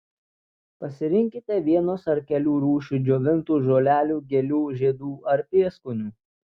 pasirinkite vienos ar kelių rūšių džiovintų žolelių gėlių žiedų ar prieskonių